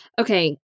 Okay